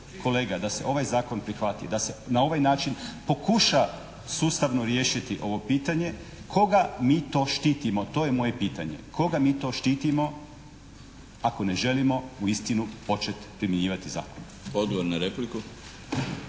da se ovaj zakon prihvati. Da se na ovaj način pokuša sustavno riješiti ovo pitanje koga mi to štitimo? To je moje pitanje. Koga mi to štitimo ako ne želimo uistinu početi primjenjivati zakon? **Milinović,